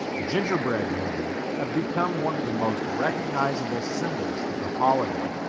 gingerbread men have become one of the most recognizable symbols of the holiday.